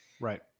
Right